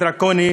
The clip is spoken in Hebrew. הדרקוני,